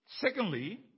Secondly